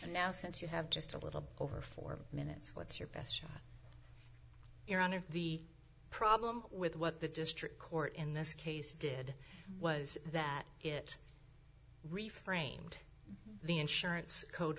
and now since you have just a little over four minutes what's your best shot your honor the problem with what the district court in this case did was that it reframed the insurance code